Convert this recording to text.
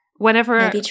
Whenever